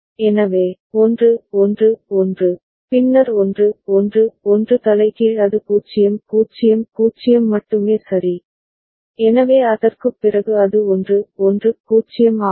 எனவே 1 1 1 பின்னர் 1 1 1 தலைகீழ் அது 0 0 0 மட்டுமே சரி எனவே அதற்குப் பிறகு அது 1 1 0 ஆகும்